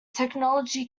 technology